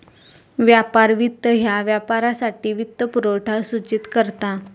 व्यापार वित्त ह्या व्यापारासाठी वित्तपुरवठा सूचित करता